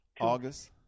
August